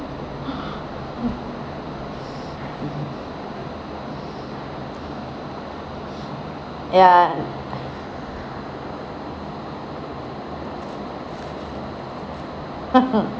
ya